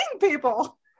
people